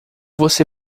você